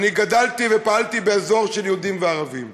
אני גדלתי ופעלתי באזור של יהודים וערבים.